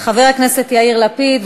חבר הכנסת יאיר לפיד,